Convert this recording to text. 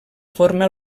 forma